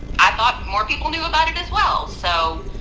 i thought more people knew about it as well. so,